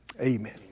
amen